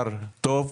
זר טוב,